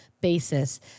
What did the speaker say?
basis